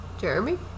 Jeremy